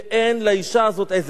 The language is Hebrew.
ואין לאשה הזאת עזר.